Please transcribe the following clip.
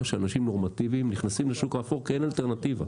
שאנשים נורמטיביים נכנסים לשוק האפור כי אין אלטרנטיבה.